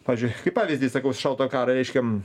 pavyzdžiui kaip pavyzdį sakau šaltojo karo reiškia